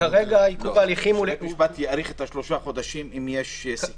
שבית המשפט יאריך את שלושת חודשים אם יש סיכוי סביר.